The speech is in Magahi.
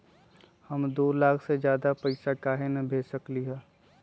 हम दो लाख से ज्यादा पैसा काहे न भेज सकली ह?